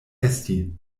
esti